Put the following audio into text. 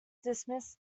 dismissed